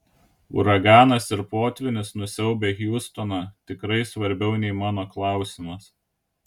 uraganas ir potvynis nusiaubę hjustoną tikrai svarbiau nei mano klausimas